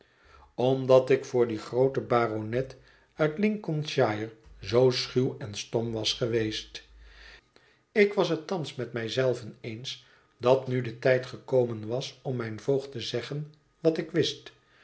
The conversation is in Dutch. omdat ik voor dien grooten baronet uitlincolnshire zoo schuw en stom was geweest ik was het thans met mij zelve eens dat nu de tijd gekomen was om mijn voogd te zeggen wat ik wist